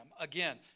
Again